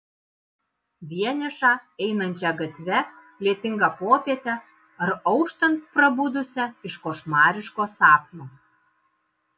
vienišą einančią gatve lietingą popietę ar auštant prabudusią iš košmariško sapno